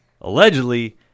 Allegedly